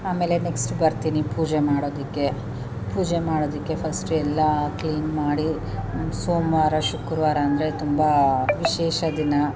ಆಮೇಲೆ ನೆಕ್ಸ್ಟ್ ಬರ್ತೀನಿ ಪೂಜೆ ಮಾಡೋದಕ್ಕೆ ಪೂಜೆ ಮಾಡೋದಕ್ಕೆ ಫಸ್ಟು ಎಲ್ಲ ಕ್ಲೀನ್ ಮಾಡಿ ಸೋಮವಾರ ಶುಕ್ರವಾರ ಅಂದರೆ ತುಂಬ ವಿಶೇಷ ದಿನ